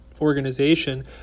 organization